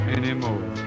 anymore